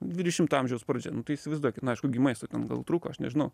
dvidešimto amžiaus pradžia nu tai įsivaizduokit na aišku gi maisto ten gal trūko aš nežinau